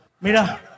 Mira